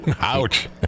Ouch